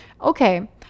okay